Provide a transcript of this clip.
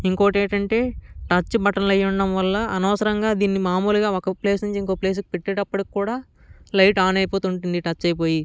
ఇంకొకటి ఏంటంటే టచ్ బటన్లు అయ్యి ఉండడము వల్ల అనవసరముగా మాములుగా ఒక ప్లేస్ నుంచి ఇంకొక ప్లేసుకి పెట్టేటప్పడు కూడా లైట్ ఆన్ అయిపోతూ ఉంటుంది టచ్ అయిపోయి